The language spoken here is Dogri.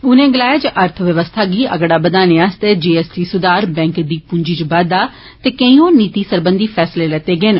उनें गलाया जे अर्थ व्यवस्था गी अगड़ा बदाने आस्तै जीएसटी सुधार बैंक दी पूंजी इच बाद्धा ते केई होर नीति सरबंधी फैसले लैते गेए न